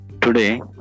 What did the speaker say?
today